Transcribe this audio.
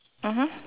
mmhmm